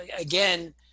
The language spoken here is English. again